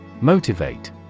Motivate